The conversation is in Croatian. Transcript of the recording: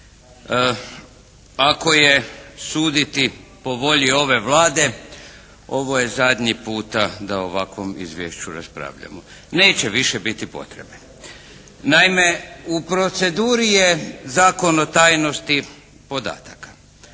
Ako je suditi po volji ove Vlade ovo je zadnji puta da o ovakvom izvješću raspravljamo. Neće više biti potrebe. Naime, u proceduri je Zakon o tajnosti podataka.